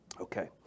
Okay